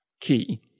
key